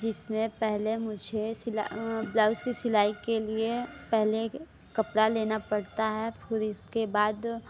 जिसमें पहले मुझे सिला ब्लाउज की सिलाई के लिए पहले कपड़ा लेना पड़ता है फिर इसके बाद